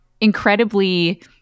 incredibly